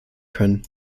können